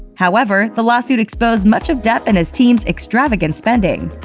however, the lawsuit exposed much of depp and his team's extravagant spending.